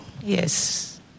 Yes